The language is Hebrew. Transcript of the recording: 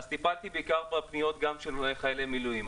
אז טיפלתי בעיקר בפניות של חיילי מילואים.